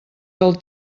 del